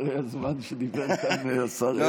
אחרי הזמן שניתן כאן לשר אלקין,